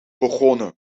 begonnen